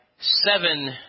seven